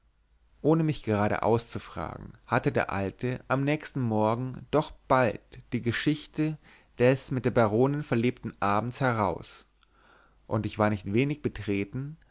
ohne mich gerade auszufragen hatte der alte am andern morgen doch bald die geschichte des mit der baronin verlebten abends heraus und ich war nicht wenig betreten